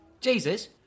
Jesus